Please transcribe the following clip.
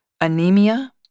anemia